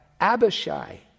Abishai